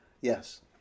yes